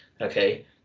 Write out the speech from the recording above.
Okay